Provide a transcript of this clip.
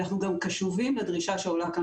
אנחנו גם קשובים לדרישה שעולה כאן